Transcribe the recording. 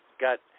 got